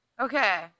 Okay